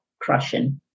crushing